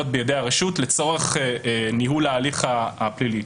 בידי הרשות לצורך ניהול ההליך הפלילי,